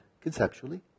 conceptually